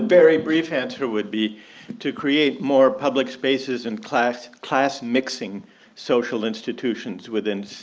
very brief answer would be to create more public spaces in class class mixing social institutions within